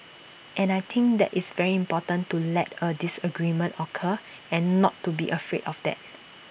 and I think that it's very important to let A disagreement occur and not to be afraid of that